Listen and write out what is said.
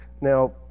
Now